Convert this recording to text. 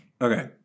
Okay